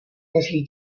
myslí